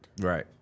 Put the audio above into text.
Right